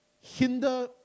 hinder